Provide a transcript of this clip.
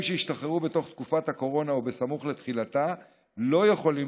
שהשתחררו בתוך תקופת הקורונה או סמוך לתחילתה לא יכולים